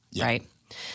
right